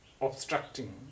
obstructing